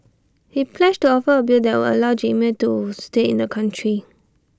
he pledged to offer A bill that would allow Jamal to stay in the country